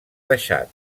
deixat